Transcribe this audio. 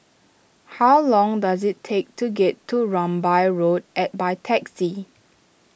how long does it take to get to Rambai Road and by taxi